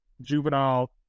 juvenile